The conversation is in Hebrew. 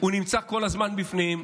הוא נמצא כל הזמן בפנים.